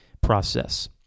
process